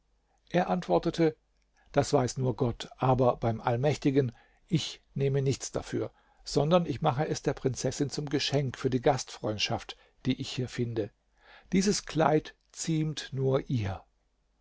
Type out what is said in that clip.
er antwortete das weiß nur gott aber beim allmächtigen ich nehme nichts dafür sondern ich mache es der prinzessin zum geschenk für die gastfreundschaft die ich hier finde dieses kleid ziemt nur ihr